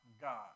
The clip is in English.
God